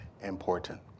important